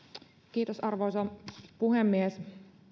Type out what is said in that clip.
kiitos arvoisa puhemies